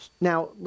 Now